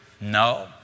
No